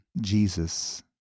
Jesus